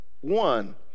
one